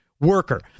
worker